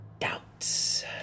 doubts